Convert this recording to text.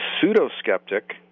pseudo-skeptic